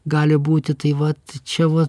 gali būti tai vat čia va